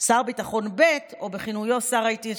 שר ביטחון ב', או בכינויו "שר ההתיישבות",